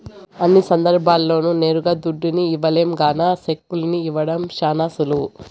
అన్ని సందర్భాల్ల్లోనూ నేరుగా దుడ్డుని ఇవ్వలేం గాన సెక్కుల్ని ఇవ్వడం శానా సులువు